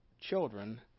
children